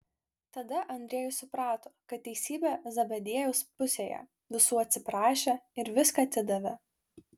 tada andriejus suprato kad teisybė zebediejaus pusėje visų atsiprašė ir viską atidavė